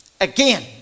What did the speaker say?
again